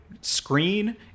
screen